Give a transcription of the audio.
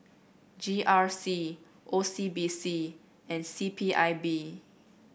G R C O C B C and C P I B